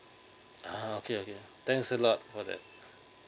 uh okay okay thanks a lot for that